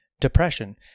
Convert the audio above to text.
depression